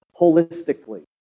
holistically